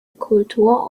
kultur